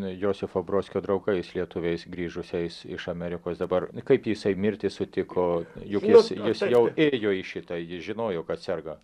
josifo brodskio draugais lietuviais grįžusiais iš amerikos dabar kaip jisai mirtį sutik juk jis jau ėjo į šitą jis žinojo kad serga